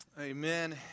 Amen